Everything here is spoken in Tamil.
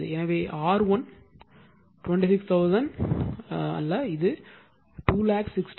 எனவே R1 26000 26000 அல்ல இது 261113